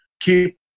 keep